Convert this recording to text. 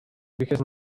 because